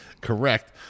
correct